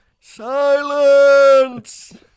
Silence